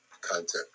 content